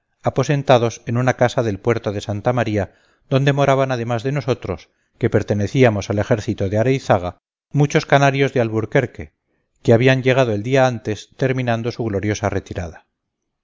marijuán aposentados en una casa del puerto de santa maría donde moraban además de nosotros que pertenecíamos al ejército de areizaga muchos canarios de alburquerque que habían llegado el día antes terminando su gloriosa retirada